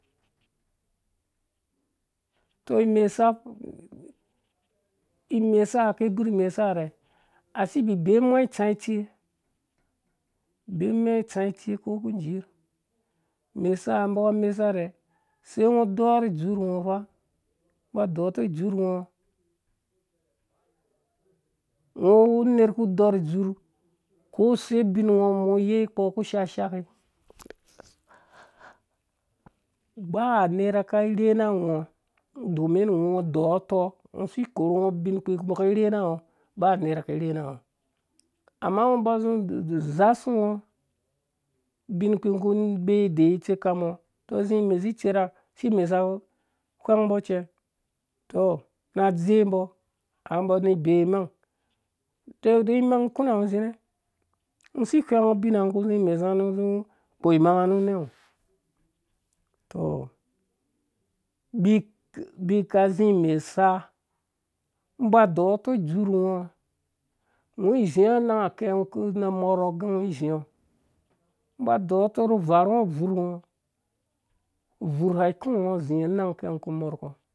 Tɔ imesa, imesa ki gbur mesa rhɛ si bibemu nga itsa itsi bemu nga itsa itsi ko ku jirh mesa bika mesa rhe sei ngɔ dorh fa ba dɔrh tɔ dzur ngo ngɔ wu nerh ku dɔrh dzur kose bin ngɔ ngɔ yeo kpɔ ku shashaki ba nerha ka rhena ngɔ domin ngɔ dorh tɔ ngɔ si kohu ngɔ ubin kpii mbɔ ki rhena ngɔ ba nerha ki rhena ngo amma ngɔ ba zu zasaungo ubin kpii ngɔ ku nu bee deyiwe tsikan ngɔ tɔ zi mesi itdɛrha si mesa ngɔ whengmbɔ cɛ tɔɔ na. dzembɔ a mbɔ ani bee imang tɔ da imang kuna ngɔ. zinɛ ngɔ si whengo ubina ngɔ kuzi mesa nu zi kpo imanga ninɛ tɔh mbi kazi mesa ba dorh tɔ dzur ngɔ ngɔ zingo anatɔ nu ng kɛ ngɔ ku morkhɔ gɛ ngɔ zingɔ ba dorh varhe ngɔ buvrah ngɔ bvurha ku ngɔ zi rhs ngang ke ngɔ. ku mɔrhkɔ